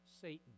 Satan